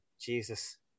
Jesus